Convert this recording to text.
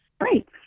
great